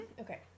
Okay